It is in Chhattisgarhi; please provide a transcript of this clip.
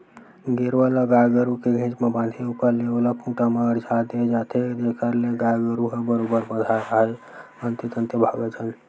गेरवा ल गाय गरु के घेंच म बांधे ऊपर ले ओला खूंटा म अरझा दे जाथे जेखर ले गाय गरु ह बरोबर बंधाय राहय अंते तंते भागय झन